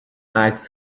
عکس